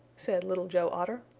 said little joe otter.